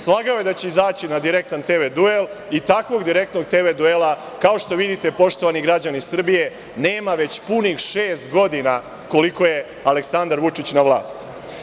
Slagao je da će izaći na direktan TV duel i takvog TV duela, kao što vidite poštovani građani Srbije, nema već punih šest godina, koliko je Aleksandar Vučić na vlasti.